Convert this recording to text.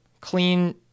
clean